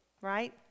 right